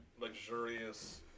luxurious